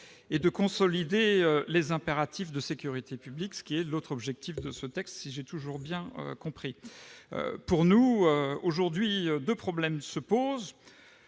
et de consolider les impératifs de sécurité publique, ce qui est l'autre objet de ce texte, si j'ai toujours bien compris. Aujourd'hui, deux problèmes se posent.